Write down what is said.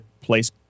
place